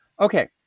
Okay